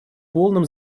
полном